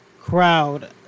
crowd